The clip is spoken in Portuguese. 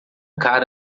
cara